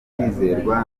kwizerwa